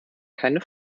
keine